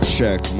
Check